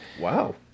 Wow